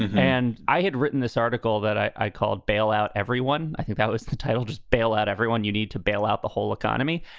and i had written this article that i called bail out everyone. i think that was the title, just bail out everyone. you need to bail out the whole economy.